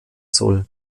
soll